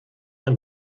ein